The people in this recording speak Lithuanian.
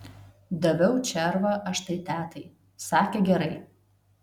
daviau červą aš tai tetai sakė gerai